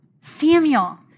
Samuel